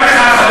גם לך,